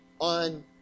on